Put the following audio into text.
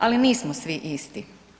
Ali nismo svi isti.